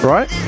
Right